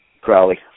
Crowley